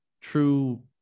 true